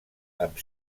amb